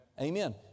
Amen